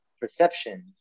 perception